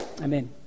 amen